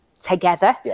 together